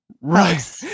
Right